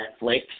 Netflix